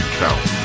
count